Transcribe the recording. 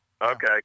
Okay